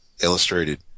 illustrated